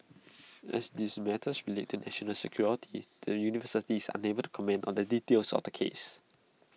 as this matters relates to national security the university is unable to comment on the details of the case